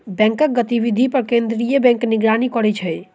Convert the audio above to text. बैंकक गतिविधि पर केंद्रीय बैंक निगरानी करै छै